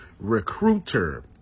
Recruiter